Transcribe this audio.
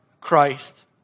Christ